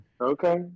Okay